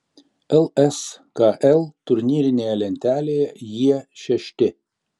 lskl turnyrinėje lentelėje jie šešti